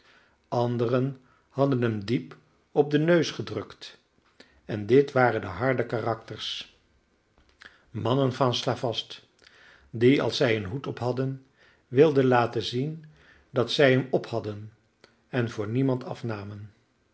anderen hadden hem diep op den neus gedrukt en dit waren de harde karakters mannen van stavast die als zij een hoed op hadden wilden laten zien dat zij hem op hadden en voor niemand afnamen